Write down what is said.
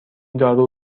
دارو